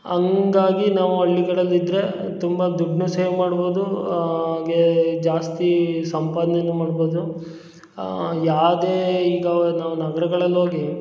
ಹಂಗಾಗಿ ನಾವು ಹಳ್ಳಿಗಳಲ್ಲಿದ್ದರೆ ತುಂಬ ದುಡನ್ನ ಸೇವ್ ಮಾಡ್ಬೋದೂ ಹಾಗೆ ಜಾಸ್ತಿ ಸಂಪಾದನೆನೂ ಮಾಡ್ಬೋದು ಯಾವುದೇ ಈಗ ನಾವು ನಗರಗಳಲ್ಲಿ ಹೋಗಿ